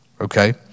okay